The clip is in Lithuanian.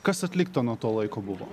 kas atlikta nuo to laiko buvo